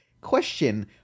Question